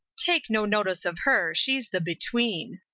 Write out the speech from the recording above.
take no notice of her she's the between.